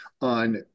on